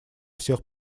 всех